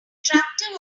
tractor